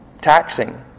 taxing